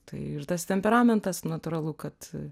tai ir tas temperamentas natūralu kad